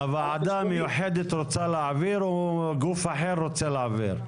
הוועדה המיוחדת רוצה להעביר או גוף אחר רוצה להעביר?